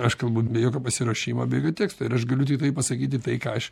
aš kalbu be jokio pasiruošimo be jokio teksto ir aš galiu tiktai pasakyti tai ką aš